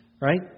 right